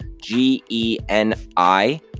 G-E-N-I